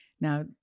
Now